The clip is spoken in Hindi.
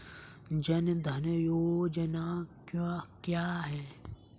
जनधन योजना क्या है?